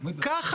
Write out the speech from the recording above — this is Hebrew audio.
כך